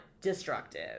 destructive